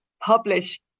publish